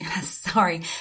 sorry